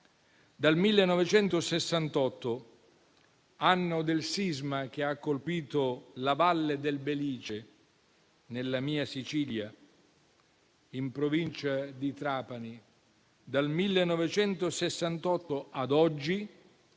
Dal 1968 (anno del sisma che ha colpito la valle del Belice, nella mia Sicilia, in provincia di Trapani) ad oggi